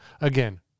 again